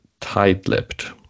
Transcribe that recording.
tight-lipped